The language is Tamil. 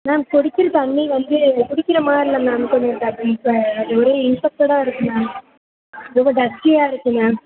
மேம் குடிக்கின்ற தண்ணி வந்து குடிக்கின்ற மாதிரி இல்லை மேம் கொஞ்சம் அது ஒரே இன்ஃபெக்டடாக இருக்குது மேம் ரொம்ப டஸ்ட்டியாக இருக்குது மேம்